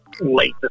late